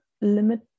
limit